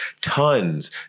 tons